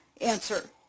answer